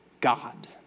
God